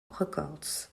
records